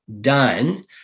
done